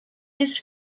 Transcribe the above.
his